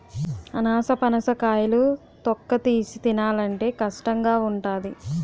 అనాసపనస కాయలు తొక్కతీసి తినాలంటే కష్టంగావుంటాది